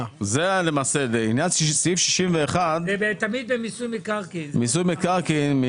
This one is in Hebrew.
זה תמיד במיסוי מקרקעין.